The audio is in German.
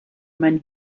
man